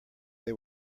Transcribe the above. they